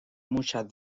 muchas